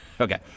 Okay